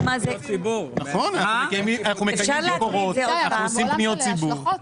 אנחנו מקיימים ביקורות ועושים פניות ציבור.